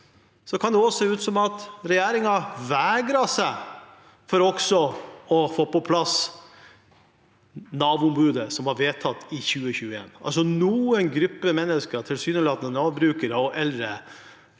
det kan også se ut som at regjeringen vegrer seg for å få på plass Nav-ombudet, som ble vedtatt i 2020. Noen grupper mennesker, tilsynelatende Nav-brukere og eldre,